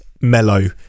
Mellow